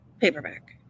paperback